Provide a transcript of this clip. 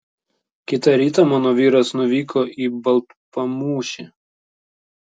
kitą rytą mano vyras nuvyko į baltpamūšį